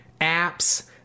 apps